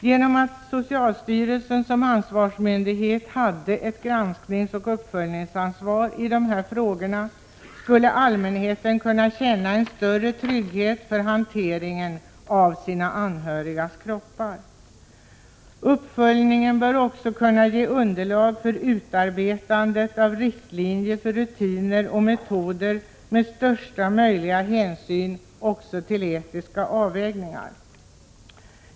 Genom att socialstyrelsen som ansvarsmyndighet skulle ha ett granskningsoch uppföljningsansvar i de här frågorna skulle allmänheten kunna känna en större trygghet för hanteringen av sina anhörigas kroppar. 7 Uppföljningen bör också kunna ge underlag för utarbetandet av riktlinjer för rutiner och metoder med största möjliga hänsyn också till etiska avvägningar.